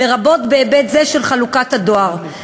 לרבות בהיבט זה של חלוקת הדואר,